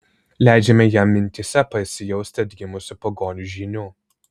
leidžiame jam mintyse pasijausti atgimusiu pagonių žyniu